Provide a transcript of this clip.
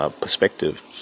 perspective